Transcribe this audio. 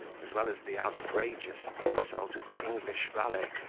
as well as the outrageous insult of the english valet,